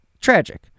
tragic